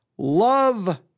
love